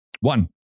One